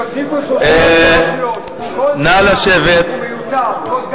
יושיבו שלושה, כל סגן נוסף הוא מיותר.